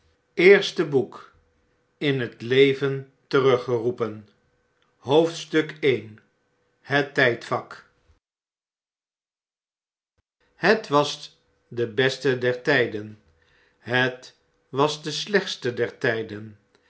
eerste boek in t leven teruggeroepen i het tijdvak het was de beste der tjjden het was de slechtste der tgden